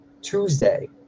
Tuesday